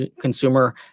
consumer